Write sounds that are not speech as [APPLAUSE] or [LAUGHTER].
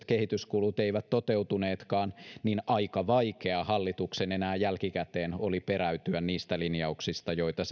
[UNINTELLIGIBLE] kehityskulut eivät toteutuneetkaan niin aika vaikea hallituksen enää jälkikäteen oli peräytyä niistä linjauksista joita [UNINTELLIGIBLE]